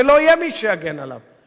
ולא יהיה מי שיגן עליו.